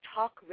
Talk